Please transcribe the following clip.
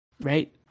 right